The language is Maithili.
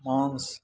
मासु